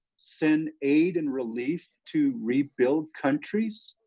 send aid and relief to rebuild countries.